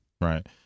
Right